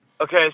Okay